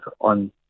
on